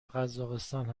قزاقستان